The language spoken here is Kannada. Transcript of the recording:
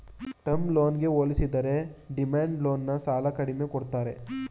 ಟರ್ಮ್ ಲೋನ್ಗೆ ಹೋಲಿಸಿದರೆ ಡಿಮ್ಯಾಂಡ್ ಲೋನ್ ನ ಸಾಲ ಕಡಿಮೆ ಕೊಡ್ತಾರೆ